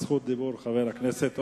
בעל זכות הדיבור, חבר הכנסת אורלב.